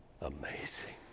amazing